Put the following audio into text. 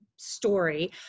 story